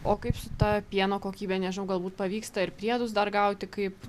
o kaip su ta pieno kokybė nežinau galbūt pavyksta ir priedus dar gauti kaip